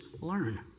learn